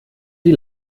die